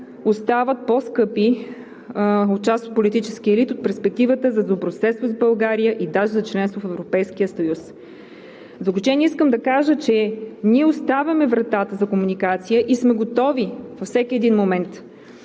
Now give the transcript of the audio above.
остават по-скъпи в част от политическия елит от перспективата за добросъседство с България и тази за членството в Европейския съюз. В заключение, искам да кажа, че ние оставяме вратата за комуникация и сме готови във всеки един момент